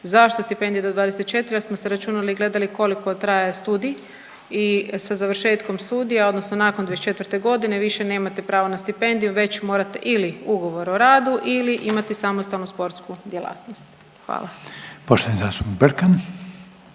Zašto stipendije do 24? Jel smo se računali i gledali koliko traje studij i sa završetkom studija odnosno nakon 24.g. više nemate pravo na stipendiju već morate ili ugovor o radu ili imati samostalnu sportsku djelatnost. Hvala. **Reiner,